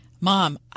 Mom